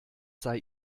sei